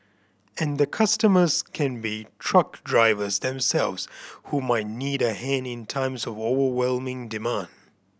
and the customers can be truck drivers themselves who might need a hand in times of overwhelming demand